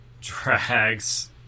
drags